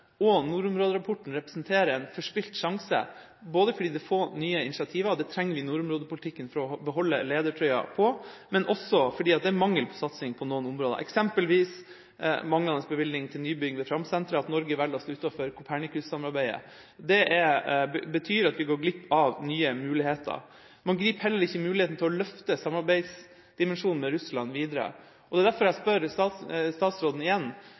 og nordområderapporten representerer en forspilt sjanse, både fordi det er få nye initiativer – det trenger vi i nordområdepolitikken for å beholde ledertrøya på – og fordi det er mangel på satsinger på noen områder. Det gjelder f.eks. manglende bevilgning til nybygg ved Framsenteret, og at Norge velger å stå utenfor Copernicus-samarbeidet. Det betyr at vi går glipp av nye muligheter. Man griper heller ikke muligheten til å løfte samarbeidsdimensjonen med Russland videre, og det er derfor jeg spør statsråden igjen